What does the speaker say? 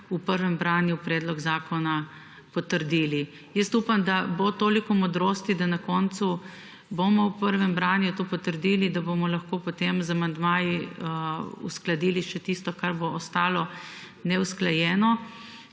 v prvem branju predlog zakona potrdili. Upam, da bo toliko modrosti, da bomo na koncu v prvem branju to potrdili, da bomo lahko potem z amandmaji uskladili še tisto, kar bo ostalo neusklajeno,